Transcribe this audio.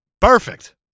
Perfect